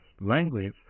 language